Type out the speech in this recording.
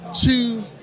two